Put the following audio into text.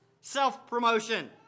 self-promotion